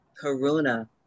Karuna